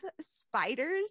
spiders